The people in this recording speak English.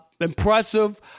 Impressive